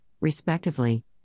respectively